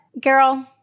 girl